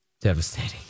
devastating